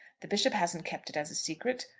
the bishop hasn't kept it as a secret.